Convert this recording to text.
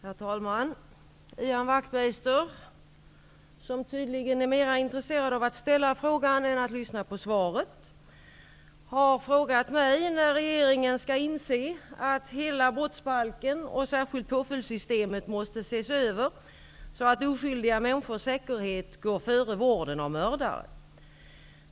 Herr talman! Ian Wachtmeister -- som tydligen är mera intresserad av att ställa sin fråga än av att lyssna på svaret -- har frågat mig när regeringen skall inse att hela brottsbalken och särskilt påföljdssystemet måste ses över så att oskyldiga människors säkerhet går före vården av mördare.